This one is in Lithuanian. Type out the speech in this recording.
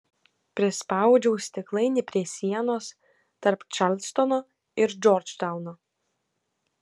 prispaudžiau stiklainį prie sienos tarp čarlstono ir džordžtauno